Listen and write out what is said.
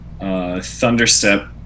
Thunderstep